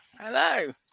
hello